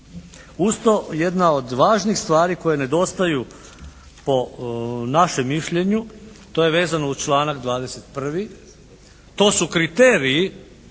Uz to jedna od važnih stvari koje nedostaju po našem mišljenju to je vezano uz članak 21. to su kriteriji